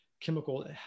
chemical